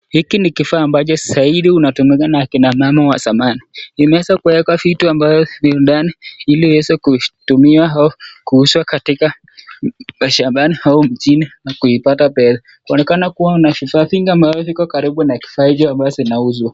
Hiki ni kifaa ambacho saidi hii unatumikana na akina mama wa zamani. Imeweza kuwekwa vitu ambavyo viko ndani ili iweze kutumiwa au kuuzwa katika mashambani au mjini na kuipata pesa. Inaonekana kuwa kuna vifaa vingi ambavyo viko karibu na kifaa hicho ambavyo vinauzwa.